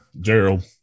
Gerald